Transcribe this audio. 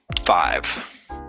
five